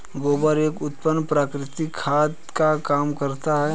गोबर एक उत्तम प्राकृतिक खाद का काम करता है